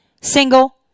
single